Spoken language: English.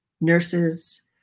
nurses